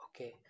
Okay